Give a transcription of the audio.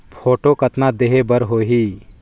Photo कतना देहें बर होहि?